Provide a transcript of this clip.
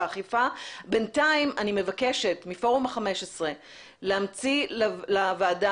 בינתיים אני מבקשת מפורום ה-15 להמציא לוועדת